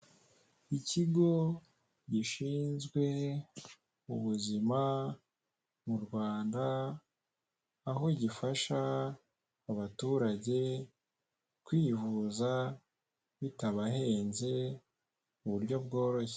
Ikigo gishinzwe ubuzima mu Rwanda aho gifasha abaturage kwivuza bitabahenze mu buryo bworoshye.